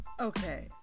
Okay